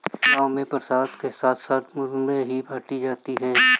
गांव में प्रसाद के साथ साथ मुरमुरे ही बाटी जाती है